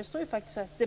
Det står faktiskt att